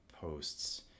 posts